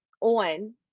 on